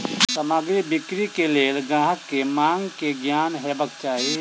सामग्री बिक्री के लेल ग्राहक के मांग के ज्ञान हेबाक चाही